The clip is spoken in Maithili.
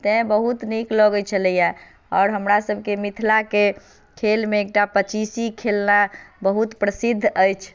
तैँ बहुत नीक लगैत छलैए आओर हमरासभके मिथिलाके खेलमे एकटा पचीसी खेलनाइ बहुत प्रसिद्ध अछि